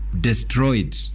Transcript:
destroyed